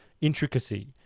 intricacy